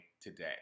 today